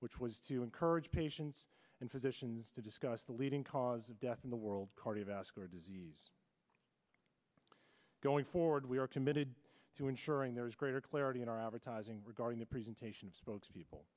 which was to encourage patients and physicians to discuss the leading cause of death in the world cardiovascular disease going forward we are committed to ensuring there is greater clarity in our advertising regarding the presentation of spokespeople